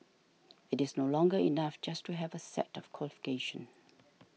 it is no longer enough just to have a set of qualifications